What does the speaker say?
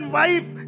wife